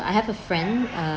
I have a friend uh